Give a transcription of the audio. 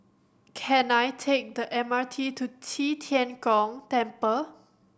can I take the M R T to Qi Tian Gong Temple